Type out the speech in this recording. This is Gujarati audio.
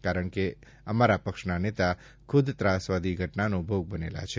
કારણ કે અમારા પક્ષના નેતા ખુદ ત્રાસવાદી ઘટનાનો ભોગ બનેલા છે